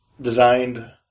designed